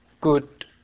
good